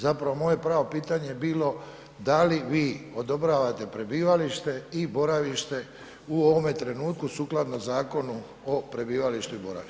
Zapravo moje pravo pitanje je bilo da li vi odobravate prebivalište i boravište u ovome trenutku sukladno Zakonu o prebivalištu i boravištu?